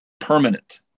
permanent